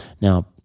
Now